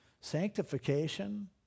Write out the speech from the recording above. Sanctification